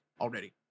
already